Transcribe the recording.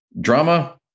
drama